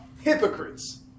hypocrites